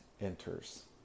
enters